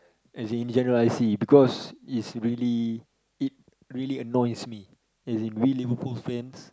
as in in general I see because is really it really annoys me as in really we're cool fans